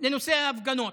לנושא ההפגנות.